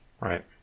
Right